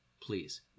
please